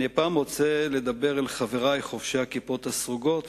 אני רוצה לדבר אל חברי חובשי הכיפות הסרוגות,